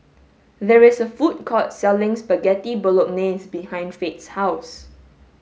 there is a food court selling Spaghetti Bolognese behind Fate's house